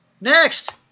Next